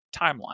timeline